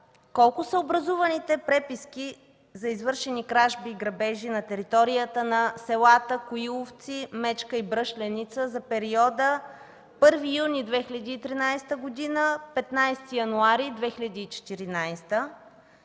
колко са образуваните преписки за извършени кражби и грабежи на територията на селата Коиловци, Мечка и Бръшляница за периода 1 юни 2013 – 15 януари 2014 г.